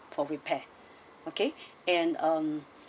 for repair okay and um